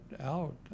out